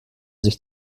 sich